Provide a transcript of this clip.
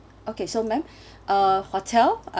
okay so ma'am uh hotel I